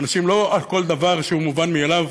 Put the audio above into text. אנשים, לא על כל דבר שהוא מובן מאליו